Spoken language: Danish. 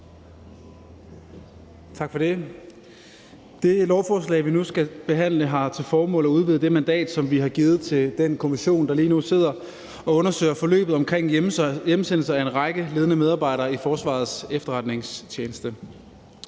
Tak for det. Det lovforslag, vi nu skal behandle, har til formål at udvide det mandat, som vi har givet til den kommission, der lige nu sidder og undersøger forløbet omkring hjemsendelse af en række ledende medarbejdere i Forsvarets Efterretningstjeneste.